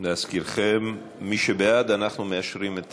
להזכירכם, מי שבעד, אנחנו מאשרים את